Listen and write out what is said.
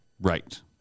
Right